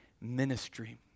ministry